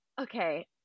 Okay